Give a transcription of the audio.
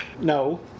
No